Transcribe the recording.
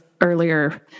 earlier